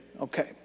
Okay